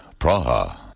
Praha